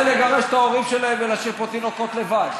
לגרש את ההורים שלהם ולהשאיר פה תינוקות לבד?